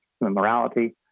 morality